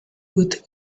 with